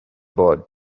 board